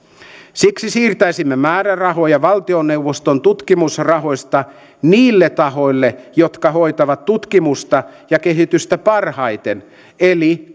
siksi siirtäisimme määrärahoja valtioneuvoston tutkimusrahoista niille tahoille jotka hoitavat tutkimusta ja kehitystä parhaiten eli